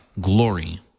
glory